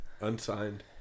Unsigned